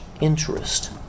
interest